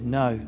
no